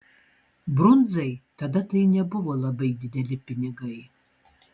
brundzai tada tai nebuvo labai dideli pinigai